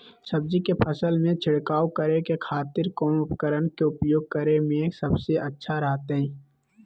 सब्जी के फसल में छिड़काव करे के खातिर कौन उपकरण के उपयोग करें में सबसे अच्छा रहतय?